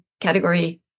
category